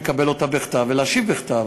לקבל אותה בכתב ולהשיב בכתב.